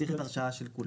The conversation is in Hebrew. צריך הרשאה של כולם.